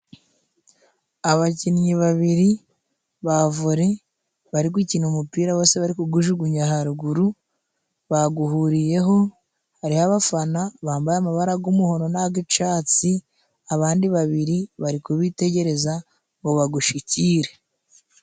Abakinnyi babiri ba vore bari gukina umupira bose bari kugujugunya haruguru baguhuriyeho hari abafana bambaye amabara yumuhondo nagicatsi abandi babiri bari kubitegereza ngo bagushikire.